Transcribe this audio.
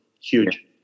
huge